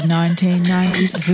1990s